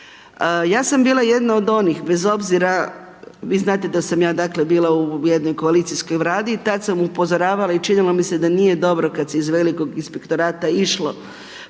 Ja sam bila jedna od onih, bez obzira, vi znate da sam ja dakle, bila u jednoj koalicijskoj …/Govornik se ne razumije./… i tada sam upozoravala i činilo mi se da nije dobro kada se iz velikog inspektorata išlo